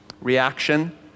reaction